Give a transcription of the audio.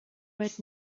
red